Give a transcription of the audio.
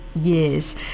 years